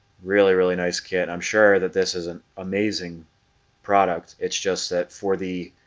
really really nice kid. i'm sure that this is an amazing product. it's just that for the